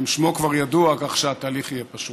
שמו גם ידוע, כך שהתהליך יהיה פשוט.